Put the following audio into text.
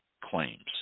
claims